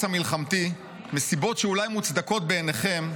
המלחמתי מסיבות שאולי מוצדקות בעיניכם,